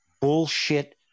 bullshit